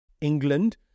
England